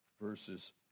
verses